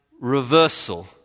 reversal